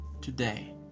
today